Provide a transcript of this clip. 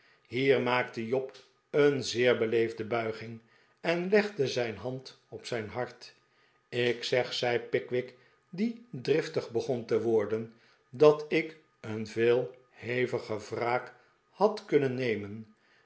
hier maakte job een zeer beleefde bulging en legde zijn hand op zijn hart ik zeg zei pickwick die driftig begon te worden dat ik een veel heviger wraak had kunnen nemen